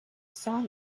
song